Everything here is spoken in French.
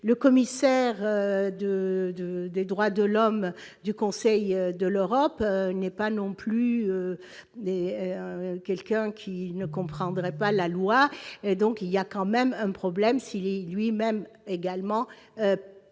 le commissaire de de des droits de l'homme du Conseil de l'Europe n'est pas non plus est quelqu'un qui ne comprendrait pas la loi, donc il y a quand même un problème s'est lui-même également prend